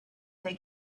they